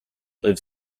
lives